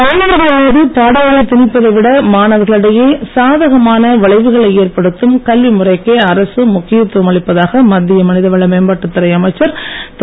மாணவர்கள் மீது பாடங்களைத் திணிப்பதை விட மாணவர்களிடையே சாதகமாக விளைவுகளை ஏற்படுத்தும் கல்வி முறைக்கே அரசு முக்கியத்துவம் அளிப்பதாக மத்திய மனிதவள மேம்பாட்டுத் துறை அமைச்சர் திரு